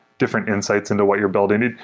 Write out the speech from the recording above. different insights into what you're building.